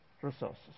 resources